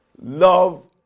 love